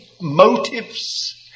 motives